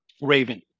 Raven